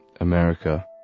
America